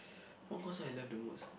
what concert I love the most